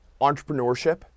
entrepreneurship